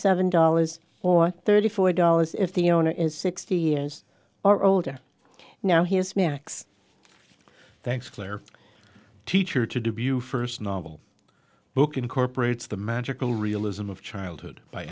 seven dollars or thirty four dollars if the owner is sixty years or older now here's max thanks clare teacher to do buf first novel book incorporates the magical realism of childhood by